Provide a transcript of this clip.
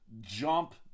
jump